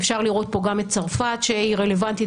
אפשר לראות פה גם את צרפת שהיא רלוונטית